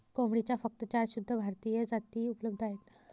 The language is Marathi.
कोंबडीच्या फक्त चार शुद्ध भारतीय जाती उपलब्ध आहेत